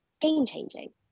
game-changing